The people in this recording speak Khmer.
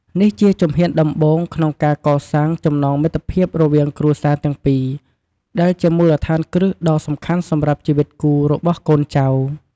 នេះជាជំហានដំបូងក្នុងការកសាង ចំណងមិត្តភាពរវាងគ្រួសារទាំងពីរ ដែលជាមូលដ្ឋានគ្រឹះដ៏សំខាន់សម្រាប់ជីវិតគូរបស់កូនចៅ។